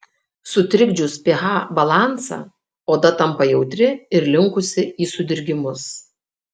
sutrikdžius ph balansą oda tampa jautri ir linkusi į sudirgimus